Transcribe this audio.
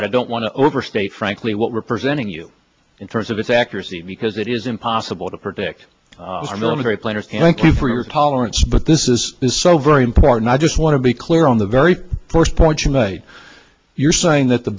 but i don't want to overstate frankly what we're presenting you in terms of its accuracy because it is impossible to predict for military planners and thank you for your tolerance but this is so very important i just want to be clear on the very first point you made you're saying that the